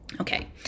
Okay